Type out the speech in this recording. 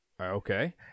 okay